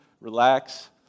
relax